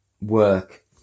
work